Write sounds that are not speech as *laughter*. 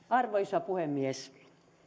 *unintelligible* arvoisa puhemies